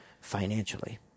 financially